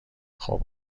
خوب